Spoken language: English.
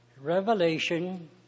Revelation